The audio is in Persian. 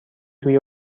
توی